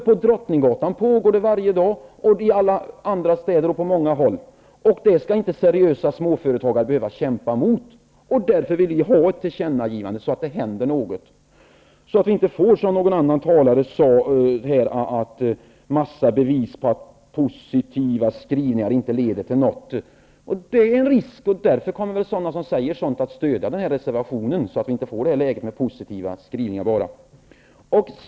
På Drottninggatan i Stockholm pågår den här handeln varje dag -- och i alla andra städer. Det skall inte seriösa småföretagare behöva kämpa mot. Därför vill vi ha ett tillkännagivande, så att det händer något, så att vi inte får -- som någon annan talare sade här -- en massa bevis på att positiva skrivningar inte leder till någonting. Detta är en risk, och därför kommer väl de som säger sådant att stödja den här reservationen, så att vi inte får det läget med bara positiva skrivningar.